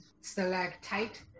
stalactite